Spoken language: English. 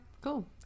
cool